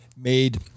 made